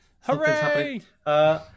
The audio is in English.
Hooray